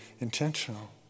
intentional